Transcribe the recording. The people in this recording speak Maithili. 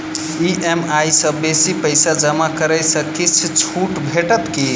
ई.एम.आई सँ बेसी पैसा जमा करै सँ किछ छुट भेटत की?